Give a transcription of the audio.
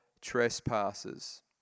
trespasses